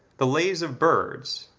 the lays of birds,